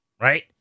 right